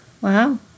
Wow